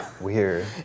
Weird